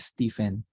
Stephen